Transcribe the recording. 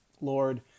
Lord